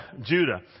Judah